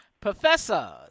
Professor